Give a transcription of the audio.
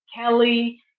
kelly